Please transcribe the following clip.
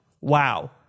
wow